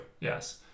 Yes